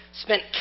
spent